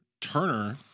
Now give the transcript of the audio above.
Turner